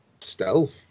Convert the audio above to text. stealth